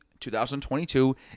2022